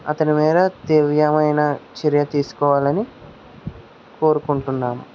అతని మీదా తీవ్రమైన చర్య తీసుకోవాలని కోరుకుంటున్నాము